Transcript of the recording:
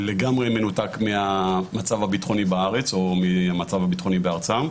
זה לגמרי מנותק מהמצב הביטחוני בארץ או מהמצב הביטחוני בארצם.